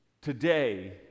Today